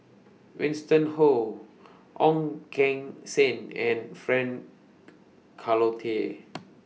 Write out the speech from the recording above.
Winston Ho Ong Keng Sen and Frank Cloutier